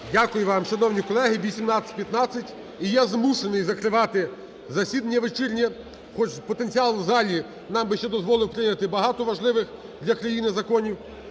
Дякую вам! Шановні колеги, 18:15, і я змушений закривати засідання вечірнє. Хоч потенціал в залі нам би ще дозволив прийняти багато важливих для країни законів.